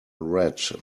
red